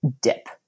dip